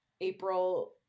April